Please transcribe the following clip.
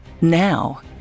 Now